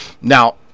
now